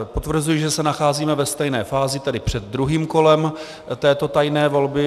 Potvrzuji, že se nacházíme ve stejné fázi, tedy před druhým kolem této tajné volby.